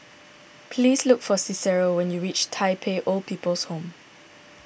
please look for Cicero when you reach Tai Pei Old People's Home